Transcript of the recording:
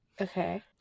okay